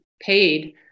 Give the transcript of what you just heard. paid